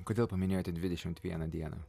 kodėl paminėjote dvidešimt vieną dieną